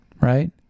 Right